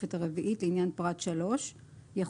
לתוספת הרביעית לעניין פרט 3 יחולו